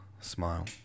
smile